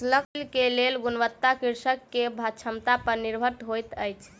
फसिल के गुणवत्ता कृषक के क्षमता पर निर्भर होइत अछि